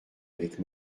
avec